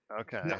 Okay